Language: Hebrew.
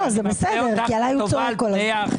לא, זה בסדר, כי עליי הוא צועק כל הזמן.